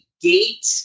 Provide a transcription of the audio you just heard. gate